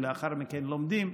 ולאחר מכן לומדים,